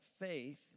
faith